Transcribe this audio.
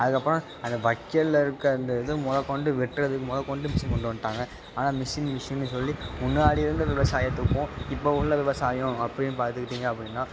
அதுக்கப்பறம் அந்த வைக்கோல்ல இருக்க அந்த இது மொதல்கொண்டு வெட்டுறதுக்கு மொதல்கொண்டு மிஷின் கொண்டு வந்துட்டாங்க ஆனால் மிஷின் மிஷினு சொல்லி முன்னாடி இருந்த விவசாயத்துக்கும் இப்போது உள்ள விவசாயம் அப்படின் பார்த்துக்கிட்டிங்க அப்படின்னா